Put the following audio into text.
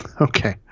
Okay